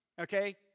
okay